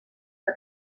que